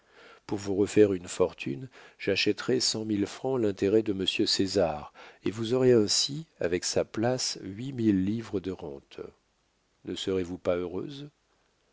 pour vous refaire une fortune j'achèterai cent mille francs l'intérêt de monsieur césar et vous aurez ainsi avec sa place huit mille livres de rentes ne serez-vous pas heureuse